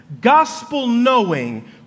gospel-knowing